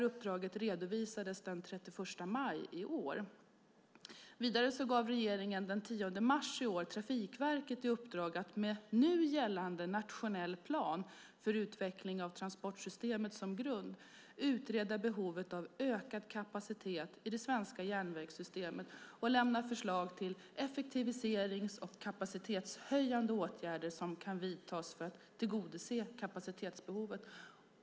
Uppdraget redovisades den 31 maj i år. Vidare gav regeringen den 10 mars i år Trafikverket i uppdrag att med nu gällande nationell plan för utveckling av transportsystemet som grund utreda behovet av ökad kapacitet i det svenska järnvägssystemet och lämna förslag till effektiviserings och kapacitetshöjande åtgärder som kan vidtas för att tillgodose kapacitetsbehovet.